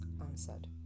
answered